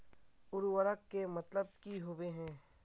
उर्वरक के मतलब की होबे है?